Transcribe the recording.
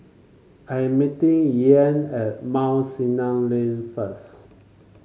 I am meeting Ian at Mount Sinai Lane first